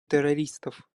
террористов